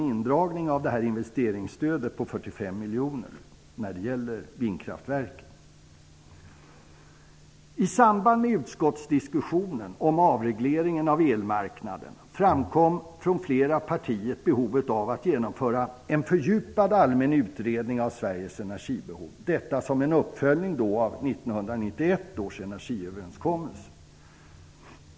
I samband med utskottsdiskussionen om avregleringen av elmarknaden har det från flera partier framkommit att det finns behov av att genomföra en fördjupad allmän utredning av Sveriges energibehov. Detta skulle vara en uppföljning av 1991 års energiöverenskommelse.